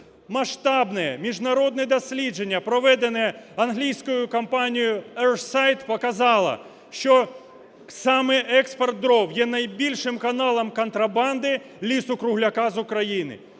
Масштабне, міжнародне дослідження, проведене англійською компанією Earthsight, показало, що саме експорт дров є найбільшим каналом контрабанди лісу-кругляка з України